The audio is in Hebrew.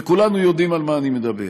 וכולנו יודעים על מה אני מדבר.